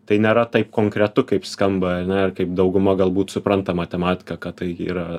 tai nėra taip konkretu kaip skamba ane kaip dauguma galbūt supranta matematiką kad tai yra